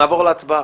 נעבור להצבעה.